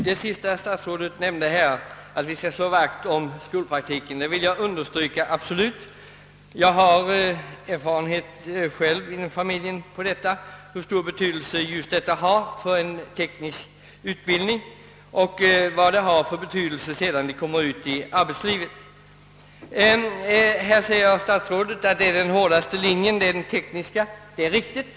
Herr talman! Herr statsrådets uttalande att vi skall slå vakt om skolpraktiken vill jag kraftigt understryka. Jag har från min egen familj erfarenhet av hur stor betydelse denna skolpraktik har för en teknisk utbildning och vilken betydelse den har när vederbörande kommer ut i arbetslivet. Herr statsrådet säger att den tekniska linjen är den hårdaste. Det är riktigt.